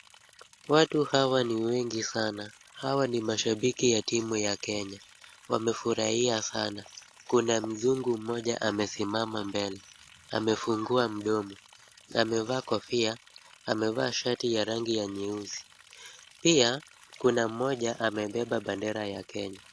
Watu hawa ni wengi sana ,hawa ni mashabiki ya timu ya Kenya ,wamefurahia sana, kuna mzungu mmoja amesimama mbele ,amefungua mdomo amevaa kofia, amevaa shati ya rangi ya nyeusi, pia kuna mmoja amebeba bendera Kenya.